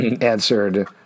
answered